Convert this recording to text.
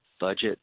budget